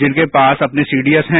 जिनके पास अपने सीडीएस हैं